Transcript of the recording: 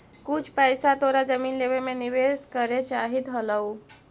कुछ पइसा तोरा जमीन लेवे में निवेश करे चाहित हलउ